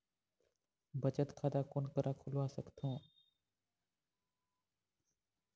बचत खाता कोन करा खुलवा सकथौं?